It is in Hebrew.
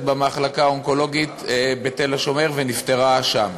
במחלקה האונקולוגית בתל-השומר ונפטרה שם.